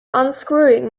unscrewing